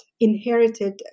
inherited